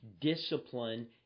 Discipline